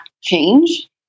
change